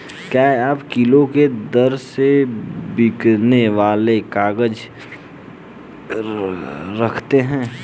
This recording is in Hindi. क्या आप किलो के दर से बिकने वाले काग़ज़ रखते हैं?